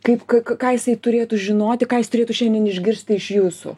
kaip kkk ką jisai turėtų žinoti ką jis turėtų šiandien išgirsti iš jūsų